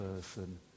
person